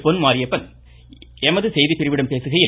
பொன் மாரியப்பன் எமது செய்திபிரிவிடம் பேசுகையில்